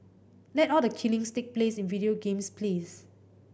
let all the killings take place in video games please